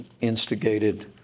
instigated